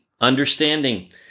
understanding